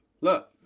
Look